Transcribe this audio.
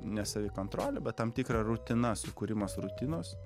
ne savikontrolė bet tam tikra rutina sukūrimas rutinos